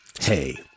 hey